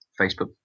Facebook